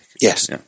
Yes